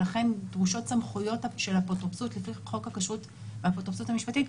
לכן דרושות סמכויות של אפוטרופסות לפי חוק הכשרות והאפוטרופסות המשפטית,